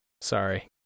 Sorry